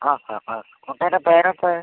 അ sir അതെ കുട്ടിയുടെ പേരെന്താ